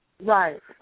Right